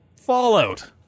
Fallout